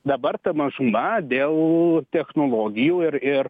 dabar ta mažuma dėl technologijų ir ir